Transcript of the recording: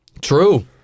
True